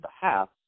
behalf